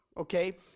Okay